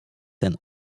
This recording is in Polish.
ten